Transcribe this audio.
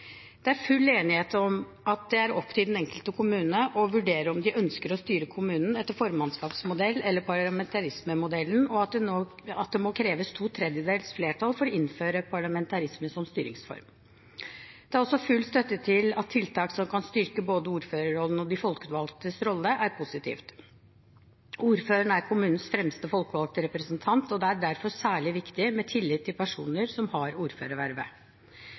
Det er full enighet om at det er opp til den enkelte kommune å vurdere om de ønsker å styre kommunen etter formannskapsmodellen eller parlamentarismemodellen, og at det må kreves to tredjedels flertall for å innføre parlamentarisme som styringsform. Det er også full støtte til at tiltak som kan styrke både ordførerrollen og de folkevalgtes rolle, er positive. Ordføreren er kommunens fremste folkevalgte representant, og det er derfor særlig viktig med tillit til personen som har ordførervervet.